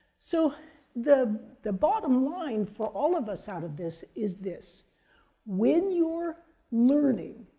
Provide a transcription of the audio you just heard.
so the the bottom line for all of us out of this is this when you're learning,